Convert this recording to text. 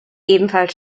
ebenfalls